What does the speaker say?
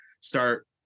start